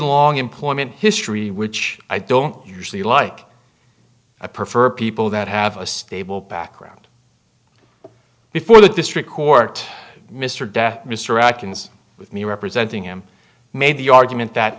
long employment history which i don't usually like i prefer people that have a stable background before the district court mr death mr atkins with me representing him made the argument that